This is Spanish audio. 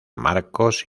marcos